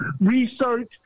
research